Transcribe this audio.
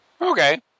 Okay